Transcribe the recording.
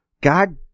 God